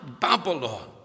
Babylon